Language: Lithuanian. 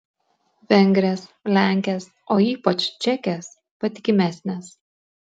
vengrės lenkės o ypač čekės patikimesnės